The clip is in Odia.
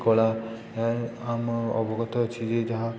କଳା ଏହା ଆମ ଅବଗତ ଅଛି ଯେ ଯାହା